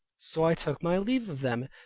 so i took my leave of them,